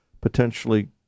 potentially